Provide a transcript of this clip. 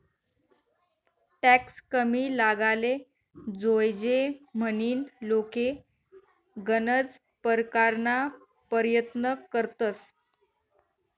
tax कमी लागाले जोयजे म्हनीन लोके गनज परकारना परयत्न करतंस